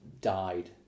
died